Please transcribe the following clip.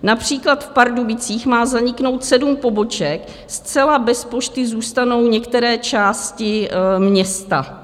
Například v Pardubicích má zaniknout sedm poboček, zcela bez pošty zůstanou některé části města.